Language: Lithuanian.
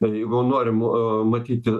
bet jeigu norim matyti